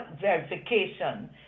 verification